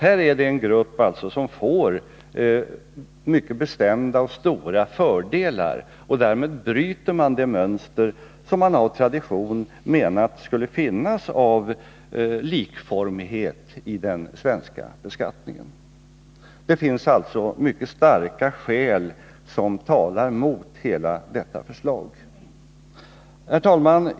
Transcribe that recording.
Här är det en grupp som får mycket bestämda och stora fördelar, och därmed bryter man det mönster som man av tradition menat skulle finnas av likformighet i den svenska beskattningen. Det finns alltså mycket starka skäl som talar mot hela detta förslag. Herr talman!